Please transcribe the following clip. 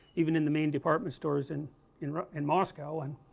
even in the main department stores in in and moscow and